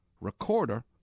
recorder